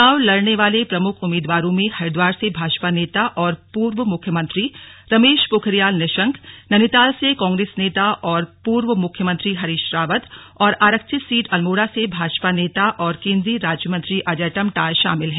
चुनाव लड़ने वाले प्रमुख उम्मीदवारों में हरिद्वार से भाजपा नेता और पूर्व मुख्यमंत्री रमेश पोखरियाल निशंक नैनीताल से कांग्रेस नेता और पूर्व मुख्यमंत्री हरीश रावत और आरक्षित सीट अल्मोड़ा से भाजपा नेता और केंद्रीय राज्य मंत्री अजय टम्टा शामिल हैं